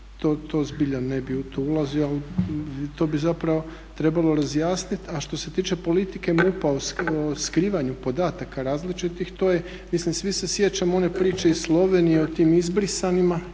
To zbilja ne bih u to ulazio, ali to bi zapravo trebalo razjasniti. A što se tiče politike MUP-a o skrivanju podataka različitih to je, mislim svi se sjećamo one priče iz Slovenije o tim izbrisanim